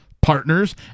partners